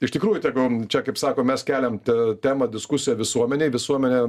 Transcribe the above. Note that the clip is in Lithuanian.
iš tikrųjų tegu čia kaip sako mes keliam te temą diskusiją visuomenėj visuomenė